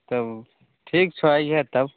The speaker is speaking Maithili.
तब ठीक छऽ अयह तब